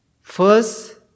first